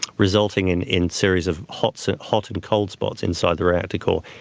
resulting in in series of hot so hot and cold spots inside the reactor core,